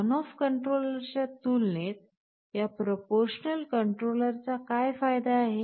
on off कंट्रोलरच्या तुलनेत या proportional controller चा काय फायदा आहे